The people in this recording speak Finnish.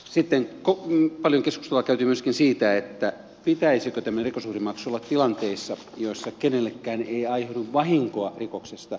sitten paljon keskustelua käytiin myöskin siitä pitäisikö tämmöinen rikosuhrimaksu olla tilanteissa joissa kenellekään ei aiheudu vahinkoa rikoksesta